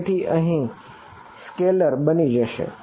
તેથી તે અહીં સ્કેલાર બની જશે